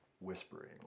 whispering